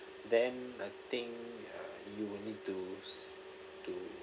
then I think uh you will need to to